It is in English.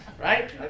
right